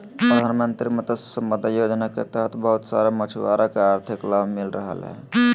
प्रधानमंत्री मत्स्य संपदा योजना के तहत बहुत सारा मछुआरा के आर्थिक लाभ मिल रहलय हें